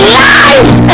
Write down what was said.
life